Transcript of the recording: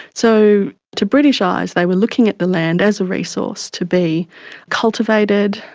so to british eyes they were looking at the land as a resource to be cultivated,